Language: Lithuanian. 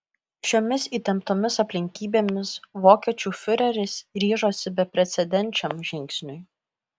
šiomis įtemptomis aplinkybėmis vokiečių fiureris ryžosi beprecedenčiam žingsniui